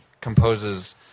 composes